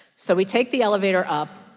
so we take the elevator up,